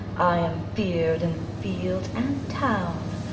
i am fear'd in field and town.